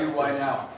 why now?